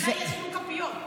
אולי ישנו כפיות.